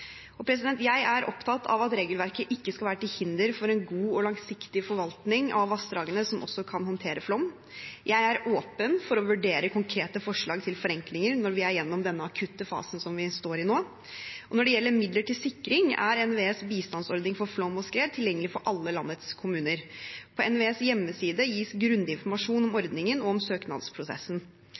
Jeg er opptatt av at regelverket ikke skal være til hinder for en god og langsiktig forvaltning av vassdragene som også kan håndtere flom. Jeg er åpen for å vurdere konkrete forslag til forenklinger når vi er gjennom denne akutte fasen vi står i nå. Når det gjelder midler til sikring, er NVEs bistandsordning for flom og skred tilgjengelig for alle landets kommuner. På NVEs hjemmeside gis det grundig informasjon om ordningen og søknadsprosessen.